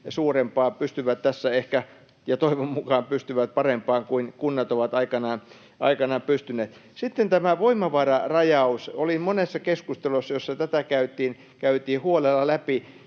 suurempaa, pystyvät tässä ehkä — toivon mukaan pystyvät — parempaan kuin kunnat ovat aikanaan pystyneet. Sitten tämä voimavararajaus: Olin monessa keskustelussa, jossa tätä käytiin huolella läpi.